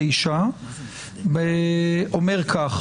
אומר כך: